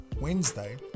Wednesday